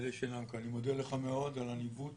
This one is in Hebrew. ואלה שאינם כאן, אני מודה לך מאוד על הניווט